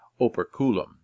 operculum